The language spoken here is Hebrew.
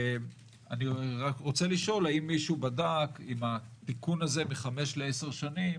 אני רק רוצה לשאול האם מישהו בדק אם התיקון הזה מ 5 ל 10 שנים